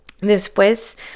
Después